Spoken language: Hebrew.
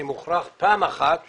אני מוכרח פעם אחת לומר,